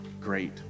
great